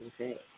Okay